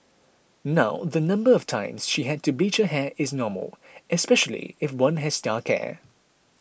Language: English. now the number of times she had to bleach her hair is normal especially if one has dark hair